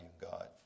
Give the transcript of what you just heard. God